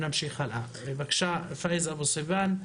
בבקשה, פאיז אבו סהיבאן,